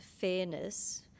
fairness